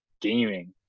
gaming